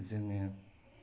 जोङो